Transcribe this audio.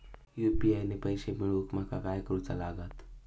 UPI ने पैशे मिळवूक माका काय करूचा लागात?